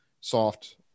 soft